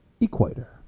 Equator